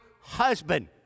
husband